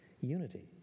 unity